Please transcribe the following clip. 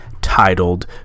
titled